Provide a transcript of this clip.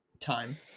time